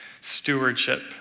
stewardship